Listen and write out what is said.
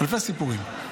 אלפי סיפורים.